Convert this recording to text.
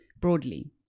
broadly